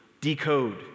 decode